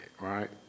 Right